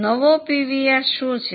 નવું પીવીઆર શું છે